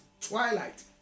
twilight